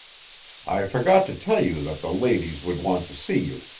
i forgot to tell you that the ladies would want to see you.